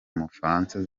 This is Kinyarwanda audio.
umufaransa